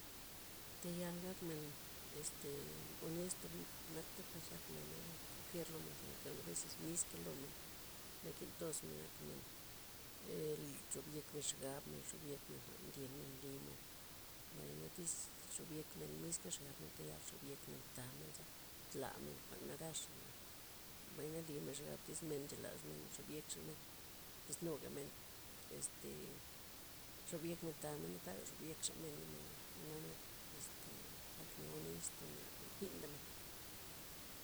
Tayal gakmen este honesto' m- nakta' fuerz akme na' kualkier lomen zinoke avezes miska lomen nakintoz men akmen -li- xob yekmen xab'men. xob yekmen jwa'n ndyenmen limen, mbayna tiz xob yekmen miska xabmen, thayal xobyekmen tamenza' tlamen jwa'n naraxa'na mbay na limen xab tiz men nchelas men xobkexamen tiz nugamen este xob yekmen tamen taga xob yekxa men menza jwa'na nak este akmen honesto' na nakuinta men.